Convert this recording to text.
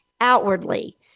outwardly